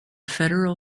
federal